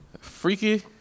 Freaky